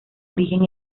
origen